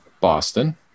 Boston